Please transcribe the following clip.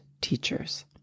teachers